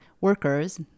workers